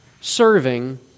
serving